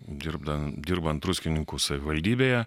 dirbdami dirbant druskininkų savivaldybėje